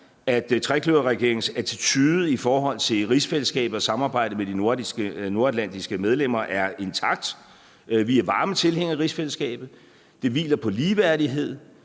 at trekløverregeringens attitude i forhold til rigsfællesskabet og samarbejdet med de nordatlantiske medlemmer er intakt. Vi er varme tilhængere af rigsfællesskabet. Det hviler på ligeværdighed,